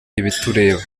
ibitureba